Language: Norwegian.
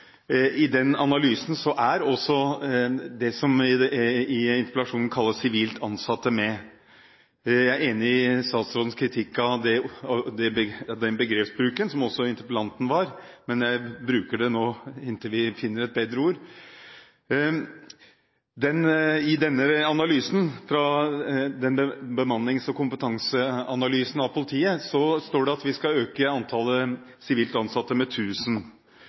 er det som i interpellasjonen kalles sivilt ansatte, med. Jeg er enig i statsrådens kritikk av den begrepsbruken, slik også interpellanten var, men jeg bruker det nå inntil vi finner et bedre ord. I denne bemannings- og kompetanseanalysen av politiet står det at vi skal øke antallet sivilt ansatte med